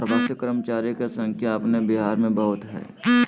प्रवासी कर्मचारी के संख्या अपन बिहार में बहुत हइ